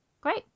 Great